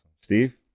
Steve